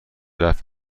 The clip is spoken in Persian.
رفت